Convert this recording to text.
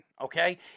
okay